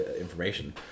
information